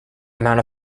amount